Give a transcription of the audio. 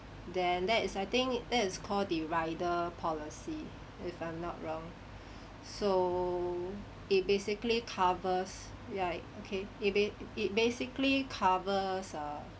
then that is I think that is called the rider policy if I'm not wrong so it basically covers ya okay it ~ba it it basically covers err